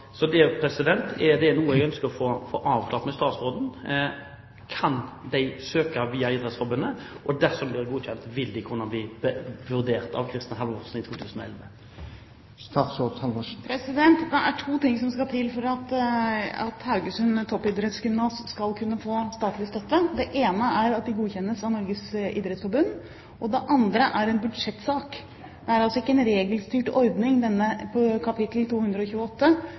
Det er noe som jeg ønsker å få avklart med statsråden. Kan de søke via Idrettsforbundet? Og dersom de blir godkjent: Kan de bli vurdert av statsråd Kristin Halvorsen i 2011? Det er to ting som skal til for at Haugesund Toppidrettsgymnas skal kunne få statlig støtte. Det ene er at de godkjennes av Norges idrettsforbund, og det andre er en budsjettsak. Det er altså ikke en regelstyrt ordning på kap. 228